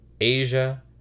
Asia